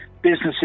Businesses